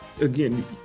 again